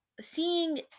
seeing